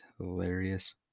hilarious